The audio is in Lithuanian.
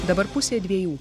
dabar pusė dviejų